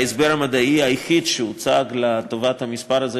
ההסבר המדעי היחיד שהוצג לטובת המספר הזה,